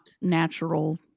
natural